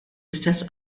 istess